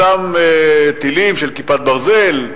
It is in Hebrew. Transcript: אותם טילים של "כיפת ברזל",